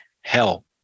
hell